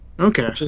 Okay